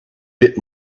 bit